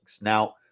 Now